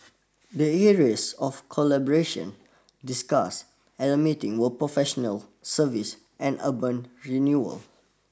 the areas of collaboration discussed at the meeting were professional services and urban renewal